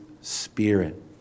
spirit